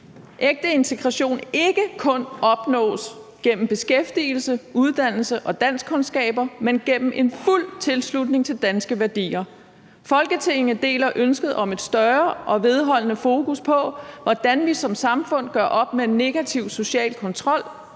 ægte integration ikke kun opnås gennem beskæftigelse, uddannelse og danskkundskaber, men gennem en fuld tilslutning til danske værdier. Folketinget deler ønsket om et større og vedholdende fokus på, hvordan vi som samfund gør op med negativ social kontrol,